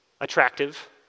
attractive